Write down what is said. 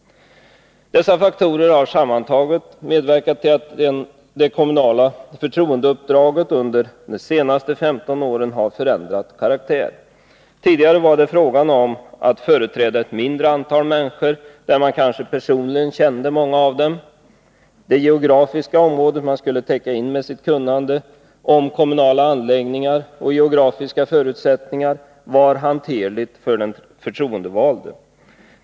Dessa faktorer har sammantaget medverkat till att det kommunala förtroendeuppdraget under de senaste 15 åren har förändrat karaktär. Tidigare var det fråga om att företräda ett mindre antal människor, där man kanske personligen kände många av dem. Det geografiska område man skulle täcka in med sitt kunnande om kommunala anläggningar och geografiska förutsättningar var hanterligt för den förtroendevalde.